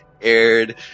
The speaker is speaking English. aired